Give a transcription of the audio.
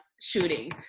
shooting